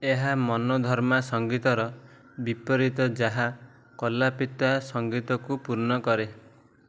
ଏହା ମନୋଧର୍ମା ସଂଗୀତର ବିପରୀତ ଯାହା କଲପିତା ସଂଗୀତକୁ ପୂର୍ଣ୍ଣ କରେ